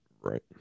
Right